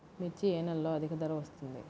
మిర్చి ఏ నెలలో అధిక ధర వస్తుంది?